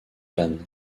planes